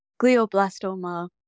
glioblastoma